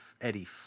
Eddie